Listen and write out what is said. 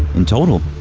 in total,